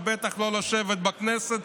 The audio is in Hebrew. ובטח לא לשבת בכנסת,